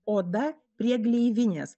oda prie gleivinės